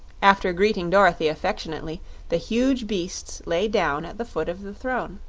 after greeting dorothy affectionately the huge beasts lay down at the foot of the throne.